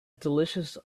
delicious